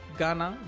Ghana